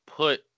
Put